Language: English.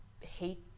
hate